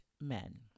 men